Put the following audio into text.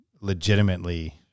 legitimately